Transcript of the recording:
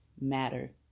matter